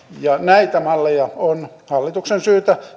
näitä malleja on hallituksen syytä